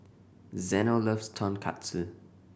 Zeno loves Tonkatsu